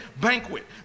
banquet